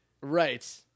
Right